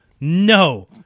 no